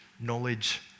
knowledge